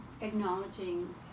acknowledging